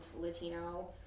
Latino